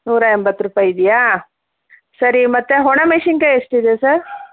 ನೂರ ಎಂಬತ್ತು ರೂಪಾಯಿ ಇದೆಯಾ ಸರಿ ಮತ್ತೆ ಒಣ ಮೆಣಸಿನಕಾಯಿ ಎಷ್ಟಿದೆ ಸರ್